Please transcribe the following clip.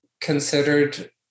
considered